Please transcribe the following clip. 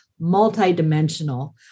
multidimensional